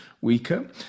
weaker